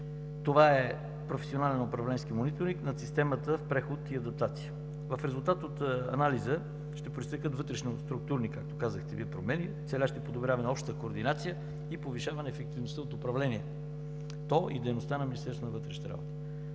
Това е професионален управленски мониторинг на системата в преход и адаптация. В резултат от анализа ще произтекат вътрешноструктурни, както Вие казахте, промени, целящи подобряване на общата координация и повишаване ефективността от управлението и дейността на Министерството на вътрешните работи.